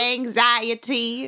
Anxiety